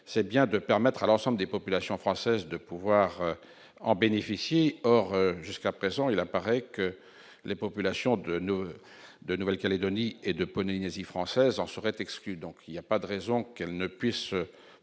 c'est bien de permettre à l'ensemble des populations françaises de pouvoir en bénéficient, or jusqu'à présent, il apparaît que les populations de nouveau de Nouvelle-Calédonie et de Polynésie française en serait exclus, donc il y a pas de raison qu'elle ne puisse